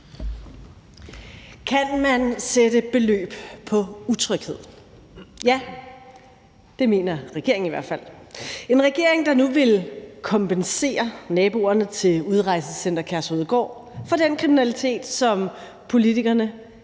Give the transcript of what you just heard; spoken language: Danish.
Kan man sætte et beløb på utryghed? Ja. Det mener regeringen i hvert fald – en regering, der nu vil kompensere naboerne til Udrejsecenter Kærshovedgård for den kriminalitet, som politikerne